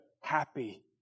happy